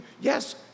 yes